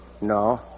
No